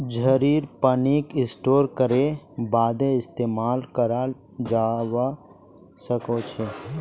झड़ीर पानीक स्टोर करे बादे इस्तेमाल कराल जबा सखछे